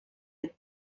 had